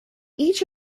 each